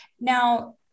Now